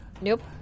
Nope